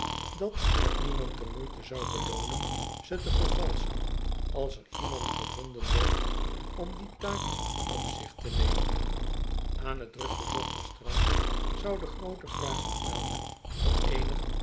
dat het niemand de moeite zou beloonen ze te vervalschen als er iemand gevonden wierd om die taak op zich te nemen aan t druk bezochte strand zou de groote vraag naar melk